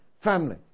family